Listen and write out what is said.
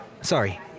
Sorry